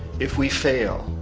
if we fail,